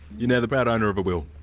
you know the proud owner of a will.